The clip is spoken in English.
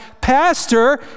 pastor